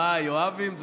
אה, יואבים.